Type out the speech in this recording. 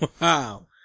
Wow